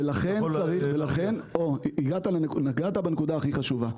נגעת בנקודה הכי חשובה.